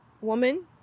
woman